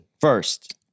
first